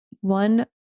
one